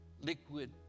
liquid